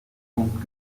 punkt